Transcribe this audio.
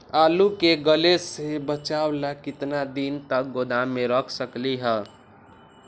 आलू के गले से बचाबे ला कितना दिन तक गोदाम में रख सकली ह?